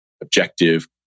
objective